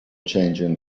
changing